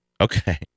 Okay